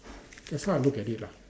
that's how I look at it lah